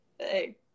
Hey